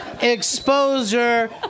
exposure